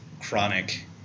chronic